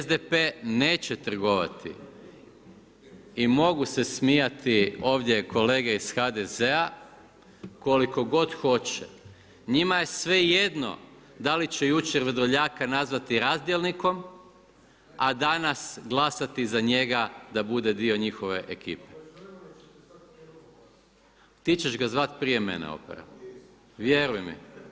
SDP neće trgovati i mogu se smijati ovdje kolege iz HDZ-a koliko god hoće, njima je svejedno da li će jučer Vrdoljaka nazvati razdjelnikom a danas glasati za njega da bude bude dio njihove ekipe. … [[Upadica sa strane, ne čuje se.]] Ti ćeš ga zvati prije mene Opara, vjeruj mi.